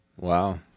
Wow